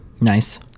Nice